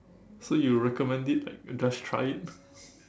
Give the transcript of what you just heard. so you recommend it like just try it